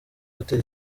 hotel